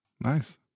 Nice